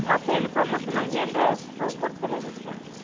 ಮತ್ತು ಏನು ಪ್ರಮೋಷನ್ ಹಂಗೆ ಏನರ ಕೊಡ್ತಿರೇನು ಅಂತ್ಹೇಳಿ